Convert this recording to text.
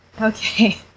Okay